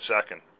second